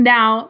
Now